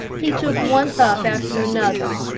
he took one pup after another,